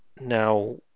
Now